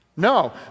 No